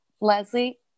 Leslie